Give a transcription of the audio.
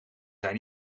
zijn